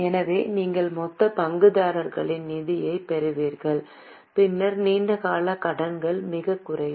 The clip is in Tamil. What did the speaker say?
எனவே நீங்கள் மொத்த பங்குதாரர்களின் நிதியைப் பெறுவீர்கள் பின்னர் நீண்ட கால கடன்கள் மிகக் குறைவு